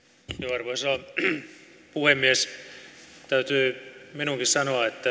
arvoisa puhemies täytyy minunkin sanoa että